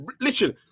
Listen